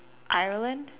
Ireland